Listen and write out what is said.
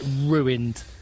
ruined